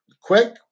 quick